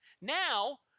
Now